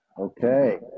okay